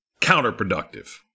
counterproductive